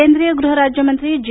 केंद्रीय गृह राज्यमंत्री जी